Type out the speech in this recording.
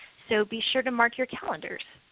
so be sure to mark your calendars.